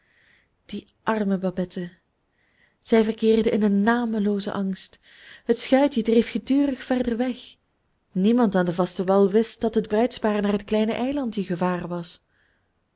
die arme babette zij verkeerde in een nameloozen angst het schuitje dreef gedurig verder weg niemand aan den vasten wal wist dat het bruidspaar naar het kleine eilandje gevaren was